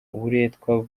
uburetwa